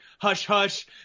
hush-hush